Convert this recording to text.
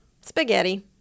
spaghetti